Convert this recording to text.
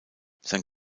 sein